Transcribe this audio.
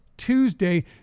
tuesday